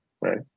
right